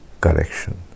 correction